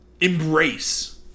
embrace